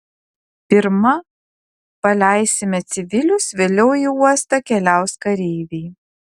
pirma paleisime civilius vėliau į uostą keliaus kareiviai